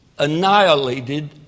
annihilated